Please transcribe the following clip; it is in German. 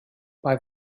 bei